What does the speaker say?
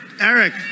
Eric